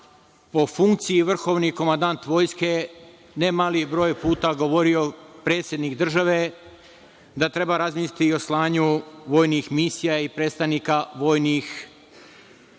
po funkciji vrhovni komandant Vojske, ne mali broj puta, govorio je predsednik države da treba razmisliti i o slanju vojnih misija i predstavnika vojnih i